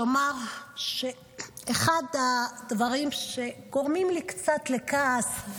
רק לומר שאחד הדברים שגורמים לי קצת לכעס,